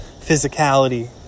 physicality